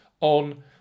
on